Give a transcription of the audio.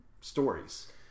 stories